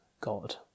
God